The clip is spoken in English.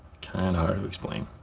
and hard to explain.